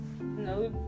No